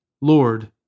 Lord